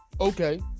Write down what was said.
Okay